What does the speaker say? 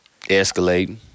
escalating